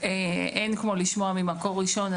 - אין כמו לשמוע ממקור ראשון.